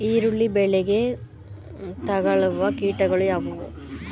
ಈರುಳ್ಳಿ ಬೆಳೆಗೆ ತಗಲುವ ಕೀಟಗಳು ಯಾವುವು?